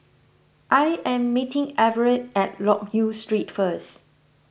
I am meeting Everette at Loke Yew Street first